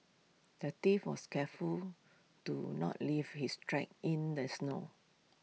the thief was careful to not leave his tracks in the snow